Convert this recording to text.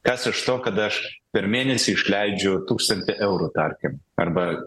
kas iš to kad aš per mėnesį išleidžiu tūkstantį eurų tarkim arba